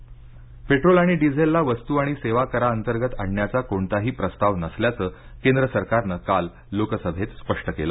संसद पेट्रोल आणि डीझेलला वस्तू आणि सेवाकराअंतर्गत आणण्याचा कोणताही प्रस्ताव नसल्याचं केंद्र सरकारनं काल लोकसभेत स्पष्ट केलं